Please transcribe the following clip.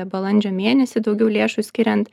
balandžio mėnesį daugiau lėšų skiriant